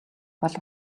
бол